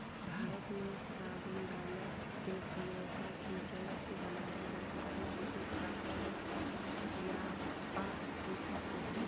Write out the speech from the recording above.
भारत में साबूदाना टेपियोका की जड़ से बनाया जाता है जिसे कसावा यागप्पा भी कहते हैं